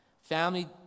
Family